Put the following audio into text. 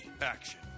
Action